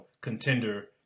contender